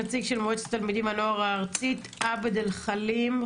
אני נציג מטעם דגל התורה בעיר לוד.